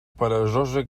peresosa